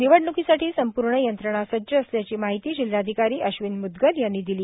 निवडण्कीसाठी संपूर्ण यंत्रणा सज्ज असल्याची माहिती जिल्हाधिकारी अश्विन मूदगल यांनी दिली